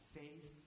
faith